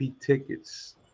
tickets